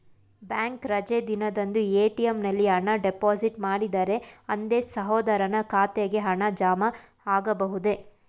Bank ರಜೆ ದಿನದಂದು ATM ನಲ್ಲಿ ಹಣ ಡಿಪಾಸಿಟ್ ಮಾಡಿದರೆ ಅಂದೇ ಸಹೋದರನ ಖಾತೆಗೆ ಹಣ ಜಮಾ ಆಗಬಹುದೇ?